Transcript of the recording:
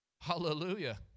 Hallelujah